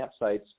campsites